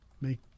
make